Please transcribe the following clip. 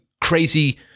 crazy